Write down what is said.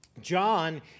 John